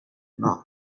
month